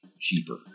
cheaper